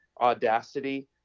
audacity